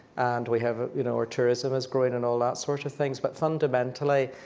and we have, you know, our tourism is growing and all that sort of things, but fundamentally,